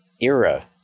era